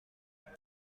میان